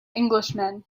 englishman